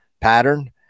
pattern